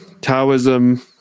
Taoism